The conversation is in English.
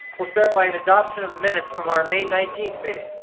we'll start by an adoption of the minutes from our may nineteenth meeting.